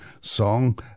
song